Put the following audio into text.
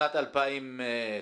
לשנת 2019?